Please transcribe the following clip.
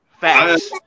Facts